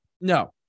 No